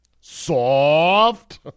Soft